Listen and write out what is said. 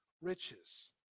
Riches